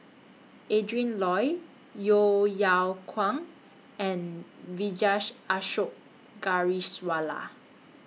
Adrin Loi Yeo Yeow Kwang and Vijesh Ashok